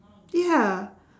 ya